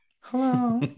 hello